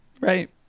right